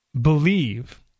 believe